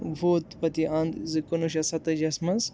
ووت پَتہٕ یہِ اَنٛد زِ کُنوُہ شَتھ ستٲجی یَس منٛز